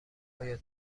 آیا